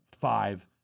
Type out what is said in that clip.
five